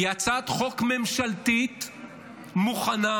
היא הצעת חוק ממשלתית, מוכנה.